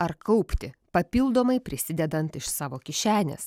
ar kaupti papildomai prisidedant iš savo kišenės